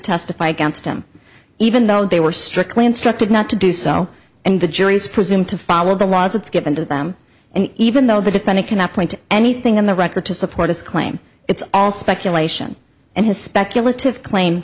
testify against him even though they were strictly instructed not to do so and the jury is presumed to follow the laws it's given to them and even though the defendant cannot point to anything on the record to support his claim it's all speculation and his speculative claim